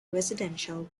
residential